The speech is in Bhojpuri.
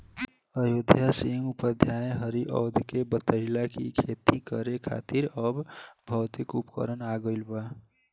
अयोध्या सिंह उपाध्याय हरिऔध के बतइले कि खेती करे खातिर अब भौतिक उपकरण आ गइल बा